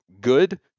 good